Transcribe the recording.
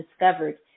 discovered